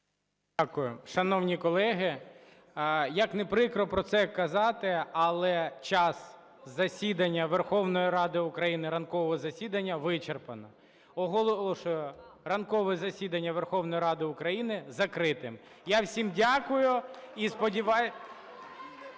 Дякую. Шановні колеги, як не прикро про це казати, але час засідання Верховної Ради України, ранкового засідання, вичерпано. Оголошую ранкове засідання Верховної Ради України закритим. Я всім дякую і сподіваюсь…